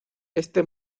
este